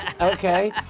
Okay